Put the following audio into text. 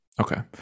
Okay